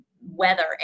weather